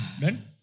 Done